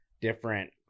different